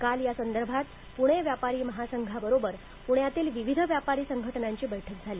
काल यासंदर्भात पुणे व्यापारी महासंघा बरोबर पुण्यातील विविध व्यापारी संघटनांची बैठक झाली